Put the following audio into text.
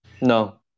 No